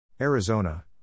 Arizona